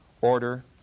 order